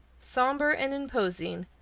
somber and imposing,